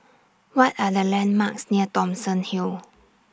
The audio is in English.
What Are The landmarks near Thomson Hill